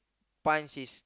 punch his